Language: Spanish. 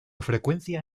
frecuencia